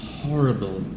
horrible